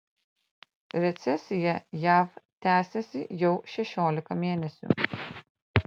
recesija jav tęsiasi jau šešiolika mėnesių